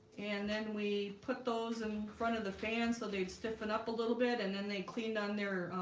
and then we put those in front of the fan so they'd stiffen up a little bit and then they cleaned on their